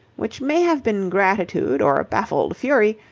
which may have been gratitude or baffled fury,